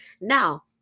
Now